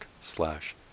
slash